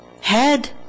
head